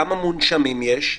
כמה מונשמים יש?